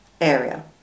area